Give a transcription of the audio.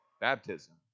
baptism